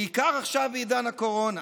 בעיקר עכשיו, בעידן הקורונה,